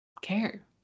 care